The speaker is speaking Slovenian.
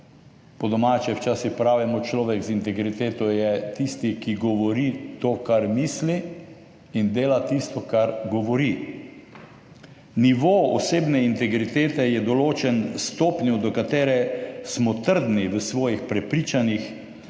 Po domače včasih pravimo, človek z integriteto je tisti, ki govori to, kar misli, in dela tisto, kar govori. Nivo osebne integritete je določen s stopnjo, do katere smo trdni v svojih prepričanjih